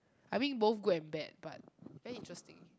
I mean both good and bad but very interesting